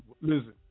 Listen